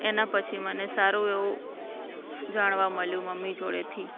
એના પછી મને સારું એવું જાણવા મળ્યું મમ્મી જોડેથી